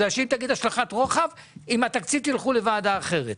כי אם תגיד את זה תצטרכו ללכת עם התקציב לוועדה אחרת,